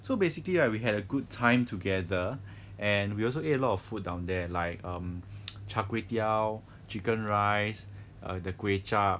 so basically right we had a good time together and we also ate a lot of food down there like um char kway teow chicken rice err the kway chap